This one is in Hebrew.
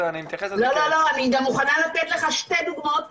לא לא, אני גם מוכנה לתת לך שתי דוגמאות קטנות.